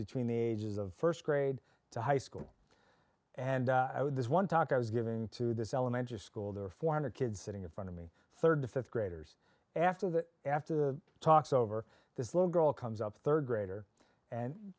between the ages of first grade to high school and i would this one talk i was giving to this elementary school there are four hundred kids sitting in front of me third the fifth graders after the after the talks over this little girl comes up third grader and